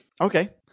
Okay